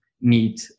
need